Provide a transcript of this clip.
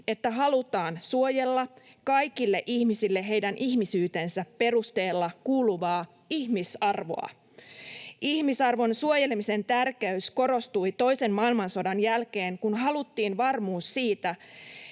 että halutaan suojella kaikille ihmisille heidän ihmisyytensä perusteella kuuluvaa ihmisarvoa. Ihmisarvon suojelemisen tärkeys korostui toisen maailmansodan jälkeen, kun haluttiin varmuus siitä,